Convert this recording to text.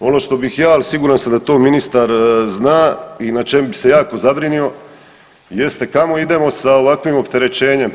Ono što bih ja, ali siguran sam da to ministar zna i na čemu bi se jako zabrinuo jeste kamo idemo sa ovakvim opterećenjem.